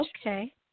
Okay